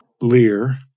Lear